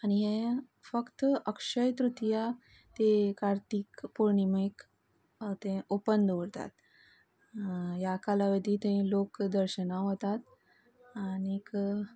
आनी हें फक्त अक्षय तृतिया तें कार्तीक पौर्णिमेक तें ओपन दवरतात ह्या कालावधींत थंय लोक दर्शनाक वतात आनीक